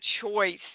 choice